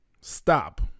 Stop